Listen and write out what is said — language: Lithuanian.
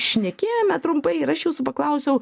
šnekėjome trumpai ir aš jūsų paklausiau